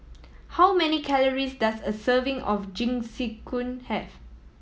how many calories does a serving of Jingisukan have